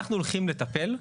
אנחנו הולכים לטפל.